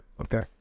Okay